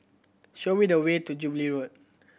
show me the way to Jubilee Road